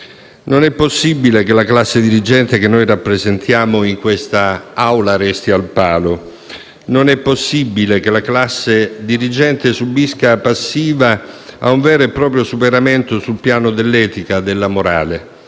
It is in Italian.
Non è possibile che la classe dirigente che noi rappresentiamo in quest'Aula resti al palo. Non è possibile che la classe dirigente subisca passiva un vero e proprio superamento sul piano dell'etica e della morale.